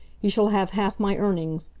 you shall have half my earnings.